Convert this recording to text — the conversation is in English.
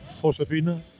Josefina